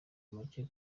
make